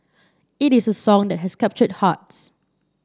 it is a song that has captured hearts